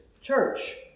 church